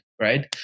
Right